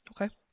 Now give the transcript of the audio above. Okay